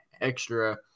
extra